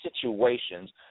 situations